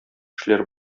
эшләр